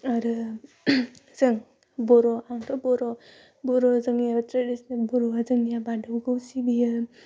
आरो जों बर' आंथ' बर' बर' जोंनिया ट्रेडिशनेल बर'वा जोंनिया बाथौखौ सिबियो